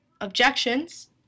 objections